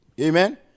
Amen